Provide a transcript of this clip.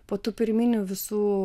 po tų pirminių visų